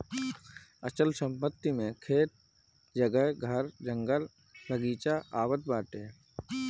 अचल संपत्ति मे खेत, जगह, घर, जंगल, बगीचा आवत बाटे